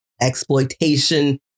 exploitation